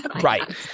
Right